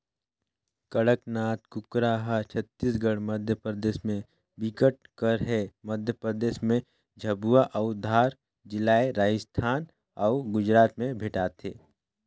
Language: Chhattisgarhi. कड़कनाथ कुकरा हर छत्तीसगढ़, मध्यपरदेस में बिकट कर हे, मध्य परदेस में झाबुआ अउ धार जिलाए राजस्थान अउ गुजरात में भेंटाथे